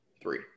three